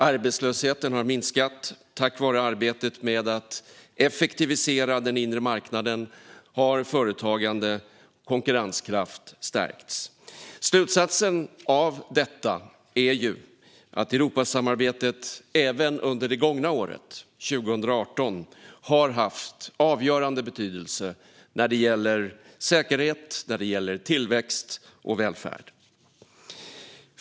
Arbetslösheten har minskat, och tack vare arbetet med att effektivisera den inre marknaden har företagande och konkurrenskraft stärkts. Slutsatsen av detta är att Europasamarbetet även under det gångna året, 2018, har haft avgörande betydelse när det gäller säkerhet, tillväxt och välfärd.